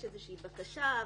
יש איזושהי בקשה,